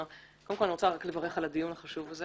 קודם כול, אני רוצה לברך על הדיון החשוב הזה